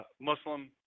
Muslim